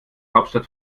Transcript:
hauptstadt